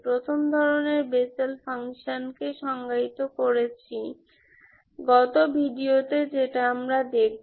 প্রথম ধরনের Bessel function কে সংজ্ঞায়িত করেছি গত ভিডিওতে যেটা আমরা দেখব